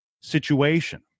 situation